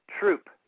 Troop